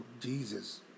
Jesus